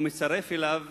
ומצרף אליו